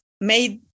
made